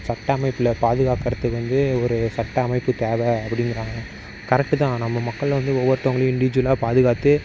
சட்ட அமைப்பில் பாதுக்காக்கறதுக்கு வந்து ஒரு சட்ட அமைப்பு தேவை அப்படிங்கிறாங்க கரெக்ட்டு தான் நம்ம மக்கள் வந்து ஒவ்வொருத்தவங்களையும் இண்டிஜுவலாக பாதுகாத்து